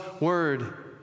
word